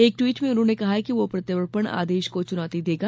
एक ट्वीट में उसने कहा कि वह प्रत्यर्पण आदेश को चुनौती देगा